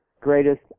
greatest